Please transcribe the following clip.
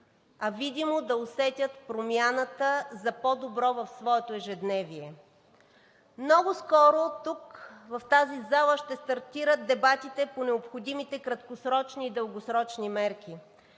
а видимо да усетят промяната за по-добро в своето ежедневие. Много скоро тук, в тази зала, ще стартират дебатите по необходимите краткосрочни и дългосрочни мерки.